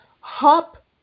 hop